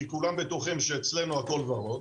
כי כולם בטוחים שאצלנו הכל ורוד,